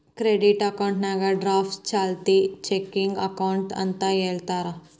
current ಅಕೌಂಟ್ನಾ draft ಚಾಲ್ತಿ checking account ಅಂತ ಹೇಳ್ತಾರ